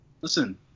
Listen